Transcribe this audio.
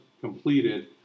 completed